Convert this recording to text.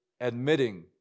admitting